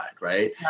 right